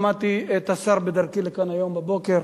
שמעתי את השר בדרכי לכאן היום בבוקר,